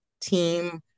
team